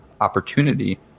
opportunity